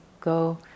go